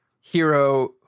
hero